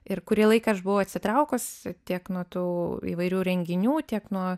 ir kurį laiką aš buvau atsitraukusi tiek nuo tų įvairių renginių tiek nuo